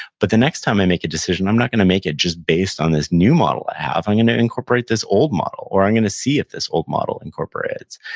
but the next time i make a decision, i'm not gonna make it just based on this new model i have. i'm gonna incorporate this old model, or i'm gonna see if this old model incorporates,